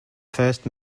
first